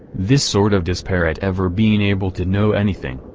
this sort of despair at ever being able to know anything,